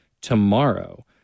tomorrow